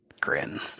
grin